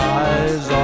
eyes